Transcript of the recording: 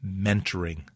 mentoring